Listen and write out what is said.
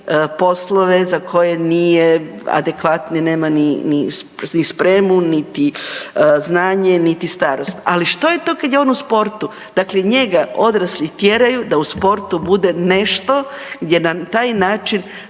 poslove za koje nije adekvatno, nema niti spremu, niti znanje, niti starost. Ali što je to kada je on u sportu? Dakle, njega odrasli tjeraju da u sportu bude nešto gdje na taj način